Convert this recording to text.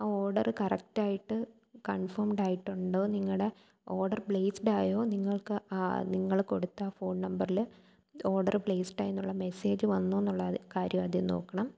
ആ ഓഡർ കറക്ടായിട്ട് കൺഫേംഡായിട്ടുണ്ടോ നിങ്ങളുടെ ഓഡർ പ്ലേസ്ഡായോ നിങ്ങൾക്ക് നിങ്ങൾ കൊടുത്ത ഫോൺ നമ്പറിൽ ഓഡർ പ്ലേസ്ഡായി എന്ന മെസ്സേജ് വന്നോ എന്നുള്ള കാര്യം ആദ്യം നോക്കണം